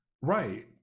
right